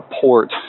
port